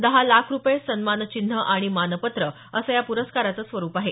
दहा लाख रुपये सन्मानचिन्ह आणि मानपत्र असं या पुरस्कारचं स्वरुप आहे